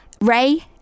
Ray